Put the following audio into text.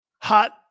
hot